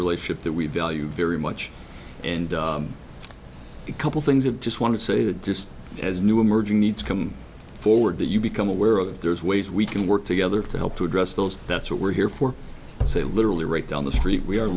relationship that we value very much and a couple things that just want to say that just as new emerging needs come forward that you become aware of there's ways we can work together to help to address those that's what we're here for say literally right down the street we are